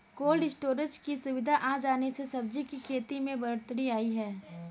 cold storage की सुविधा आ जाने से सब्जी की खेती में बढ़ोत्तरी आई है